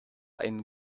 einen